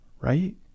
right